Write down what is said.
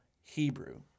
Hebrew